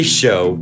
show